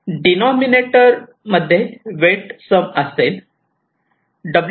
denominator मध्ये weight sum असेल